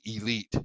elite